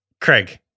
Craig